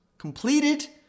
Completed